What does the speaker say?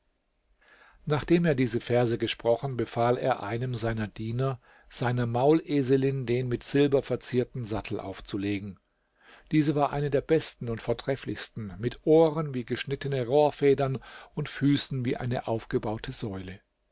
nachdem er diese verse gesprochen befahl er einem seiner diener seiner mauleselin den mit silber verzierten sattel aufzulegen diese war eine der besten und vortrefflichsten mit ohren wie geschnittene rohrfedern und füßen wie eine aufgebaute säule